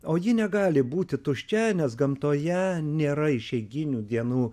o ji negali būti tuščia nes gamtoje nėra išeiginių dienų